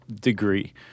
degree